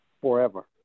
forever